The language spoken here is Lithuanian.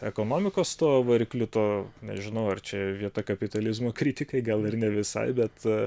ekonomikos varikliu to nežinau ar čia vieta kapitalizmo kritikai gal ir ne visai bet